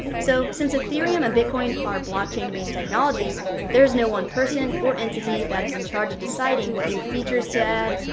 so, since ethereum and bitcoin are blockchain-based technologies, there is no one person or entity that is in charge of deciding what new features to add,